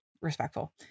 respectful